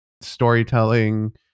Storytelling